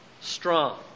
strong